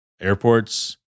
airports